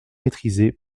maîtrisée